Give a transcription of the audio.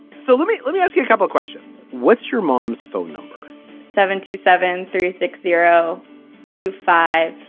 so let me let me ask you a couple of questions. what's your mom's phone number seven two seven three six zero two five.